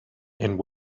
and